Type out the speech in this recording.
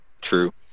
True